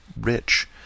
rich